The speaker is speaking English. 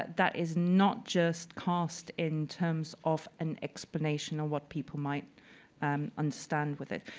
that that is not just cast in terms of an explanation of what people might um understand with it.